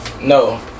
No